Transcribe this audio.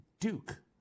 Duke